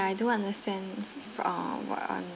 I do understand uh what on